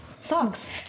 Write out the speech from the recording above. socks